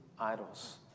idols